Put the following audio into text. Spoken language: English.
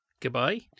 Goodbye